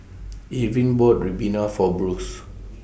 Irvin bought Ribena For Bruce